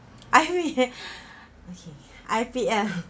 I mean okay I feel eh